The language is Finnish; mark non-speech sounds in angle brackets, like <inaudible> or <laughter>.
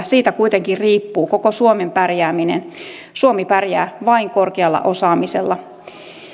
<unintelligible> siitä kuitenkin riippuu koko suomen pärjääminen suomi pärjää vain korkealla osaamisella